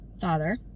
Father